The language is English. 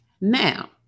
Now